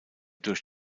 durch